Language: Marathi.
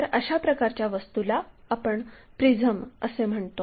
तर अशा प्रकारच्या वस्तूला आपण प्रिझम असे म्हणतो